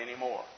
anymore